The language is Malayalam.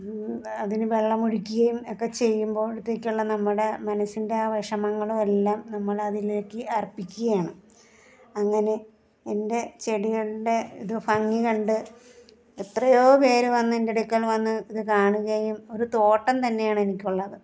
അതിനു വെള്ളം ഒഴിക്കുകയും ഒക്കെ ചെയ്യുമ്പോഴത്തെക്കുള്ള നമ്മുടെ മനസ്സിൻ്റെ ആ വിഷമങ്ങളും എല്ലാം നമ്മൾ അതിലേക്ക് അർപ്പിക്കുകയാണ് അങ്ങനെ എൻ്റെ ചെടികളുടെ ഇത് ഭംഗി കണ്ട് എത്രയോ പേർ വന്ന് എൻറ്റടുക്കൽ വന്ന് ഇത് കാണുകയും ഒരു തോട്ടം തന്നെയാണ് എനിക്കുള്ളത്